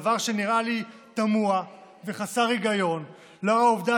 דבר שנראה לי תמוה וחסר היגיון לאור העובדה